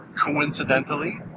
Coincidentally